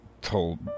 told